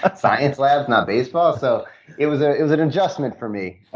ah science labs? not baseball? so it was ah it was an adjustment for me,